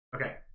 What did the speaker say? Okay